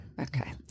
Okay